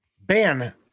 ban